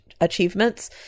achievements